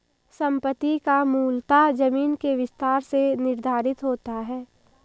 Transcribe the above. संपत्ति कर मूलतः जमीन के विस्तार से निर्धारित होता है